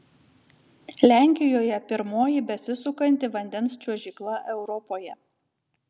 lenkijoje pirmoji besisukanti vandens čiuožykla europoje